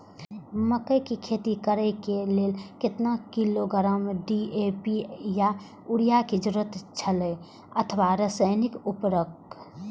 मकैय के खेती करे के लेल केतना किलोग्राम डी.ए.पी या युरिया के जरूरत छला अथवा रसायनिक उर्वरक?